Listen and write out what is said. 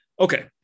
Okay